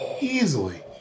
Easily